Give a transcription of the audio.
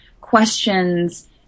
questions